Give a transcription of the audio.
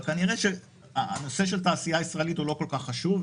כנראה שנושא של תעשייה ישראלית הוא לא כל כך חשוב,